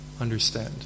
Understand